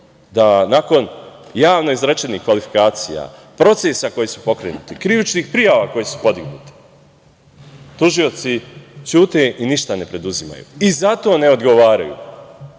da nakon javno izrečenih kvalifikacija, procesa koji su pokrenuti, krivičnih prijava koje su podignute, tužioci ćute i ništa ne preduzimaju. I za to ne odgovaraju. Kao